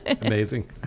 amazing